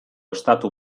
estatu